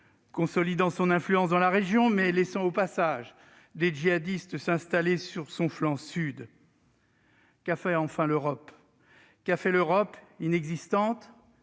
consolidant son influence dans la région, mais laissant au passage des djihadistes s'installer sur son flanc sud ? Enfin, qu'a fait l'Europe ? Inexistante,